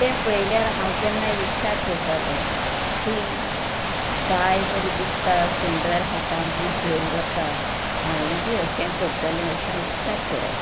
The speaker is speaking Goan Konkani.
तें पळयल्यार हांव केन्नाय विचार करतालें की कांय बरें दिसता आसून सुंदर हातात बुक घेवन वता हांवूय बी अशेंच करतले अशें हांव विचार कर